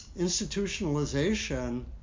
institutionalization